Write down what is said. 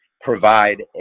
provide